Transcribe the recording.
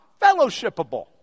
fellowshipable